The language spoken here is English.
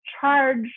charge